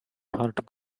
heart